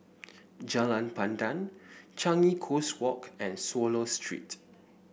Jalan Pandan Changi Coast Walk and Swallow Street